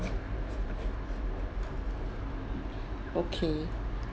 okay